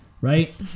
Right